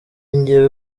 njyewe